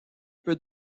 peut